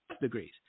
degrees